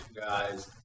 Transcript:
guys